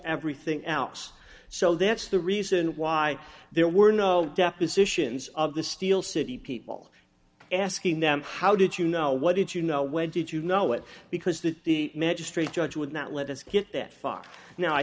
everything else so that's the reason why there were no depositions of the steel city people asking them how did you know what did you know when did you know it because that the magistrate judge would not let us get that far now i